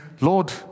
Lord